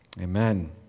amen